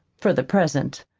for the present.